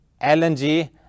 LNG